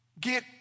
get